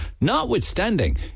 Notwithstanding